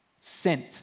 Sent